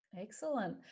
Excellent